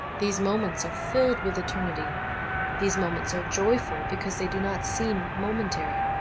these moments are filled with eternity these moments are joyful because they do not seem momentary.